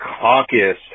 Caucus